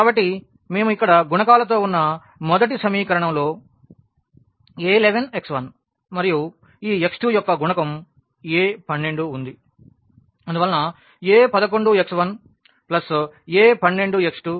కాబట్టి మేము ఇక్కడ గుణకాల తో ఉన్న మొదటి సమీకరణంలో a 11x1 మరియు ఈ x2యొక్క గుణకం a12ఉంది అందువలన a11x1a12x2a1nxnb1